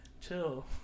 Chill